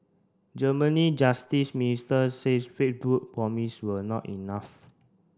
Germany justice minister says Facebook promise were not enough